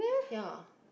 ya